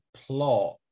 plot